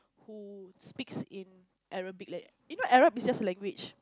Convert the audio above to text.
who speaks in Arabic like you know Arab is just like language